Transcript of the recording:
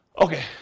Okay